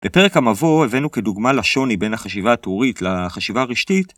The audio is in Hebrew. בפרק המבוא הבאנו כדוגמה לשוני בין החשיבה הטורית לחשיבה הרשתית.